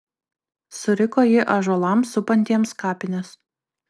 suriko ji ąžuolams supantiems kapines